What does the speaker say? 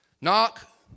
Knock